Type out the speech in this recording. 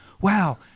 wow